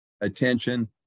attention